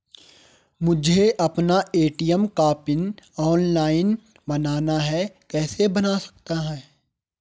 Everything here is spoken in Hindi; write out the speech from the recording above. मुझे अपना ए.टी.एम का पिन ऑनलाइन बनाना है कैसे बन सकता है?